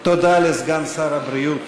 תודה לסגן שר הבריאות